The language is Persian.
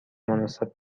مناسب